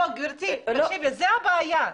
לא, גברתי, תקשיבי, זו הבעיה.